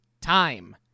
time